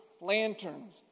lanterns